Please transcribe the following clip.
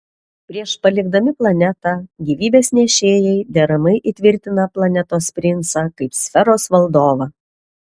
prieš palikdami planetą gyvybės nešėjai deramai įtvirtina planetos princą kaip sferos valdovą